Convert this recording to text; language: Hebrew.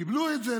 קיבלו את זה,